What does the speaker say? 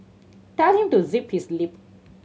tell him to zip his lip